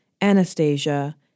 Anastasia